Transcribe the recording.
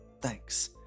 Thanks